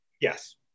Yes